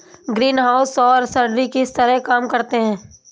greenhouse सौर सरणी किस तरह काम करते हैं